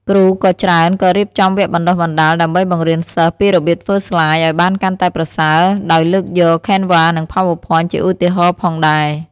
គ្រូក៏ច្រើនក៏រៀបចំវគ្គបណ្តុះបណ្ដាល ដើម្បីបង្រៀនសិស្សពីរបៀបធ្វើស្លាយឱ្យបានកាន់តែប្រសើរ ដោយលើកយក Canva និងPowerPoint ជាឧទាហរណ៍ផងដែរ